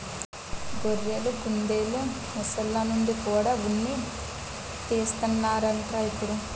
గొర్రెలు, కుందెలు, మొసల్ల నుండి కూడా ఉన్ని తీస్తన్నారట ఇప్పుడు